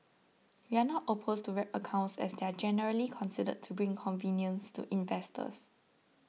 we are not opposed to wrap accounts as they are generally considered to bring convenience to investors